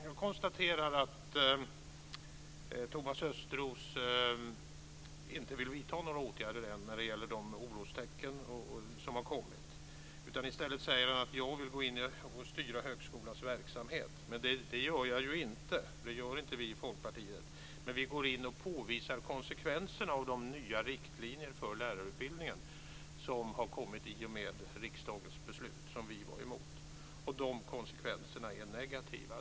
Jag konstaterar att Thomas Östros inte vill vidta några åtgärder än när det gäller de orostecken som har kommit. I stället säger han att jag vill gå in och styra högskolans verksamhet, men det gör jag ju inte. Det gör inte vi i Folkpartiet, men vi går in och påvisar konsekvenserna av de nya riktlinjerna för lärarutbildningen, som har kommit i och med riksdagens beslut, som vi var emot. Och de konsekvenserna är negativa.